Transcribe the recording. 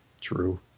true